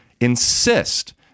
insist